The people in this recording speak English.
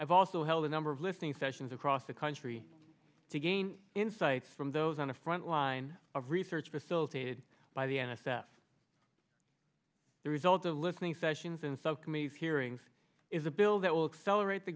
i've also held a number of listening sessions across the country to gain insights from those on the front line of research facilitated by the n s f the result of listening sessions and subcommittees hearings is a bill that will accelerate the